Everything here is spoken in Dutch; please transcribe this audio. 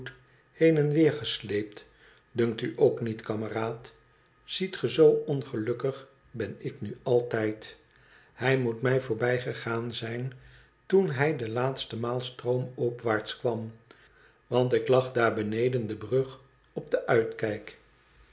heen en weer gesleept dunkt u ook niet kameraad ziet ge zöo ongelukkig ben ik nu altijd hij moet mij voorbijgegaan zijn toen hij de laatste maal stroomopwaarts kwam want ik lag daar beneden de brug op den uitkijk